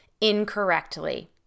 incorrectly